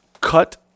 cut